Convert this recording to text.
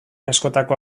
askotako